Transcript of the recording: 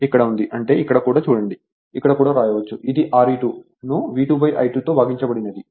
ఇక్కడ ఉంది అంటే ఇక్కడ కూడా చూడండి ఇక్కడ కూడా వ్రాయవచ్చుఇది Re2 ను V 2 I2 తో భాగించబడినది